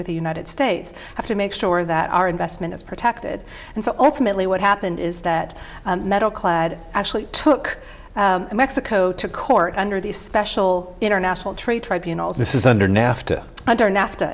with the united states have to make sure that our investment is protected and so alternately what happened is that metal clad actually took mexico to court under these special international trade tribunals this is under nafta under nafta